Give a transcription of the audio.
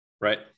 Right